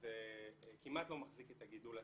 שזה כמעט לא מחזיק את הגידול הטבעי.